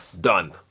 done